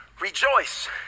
rejoice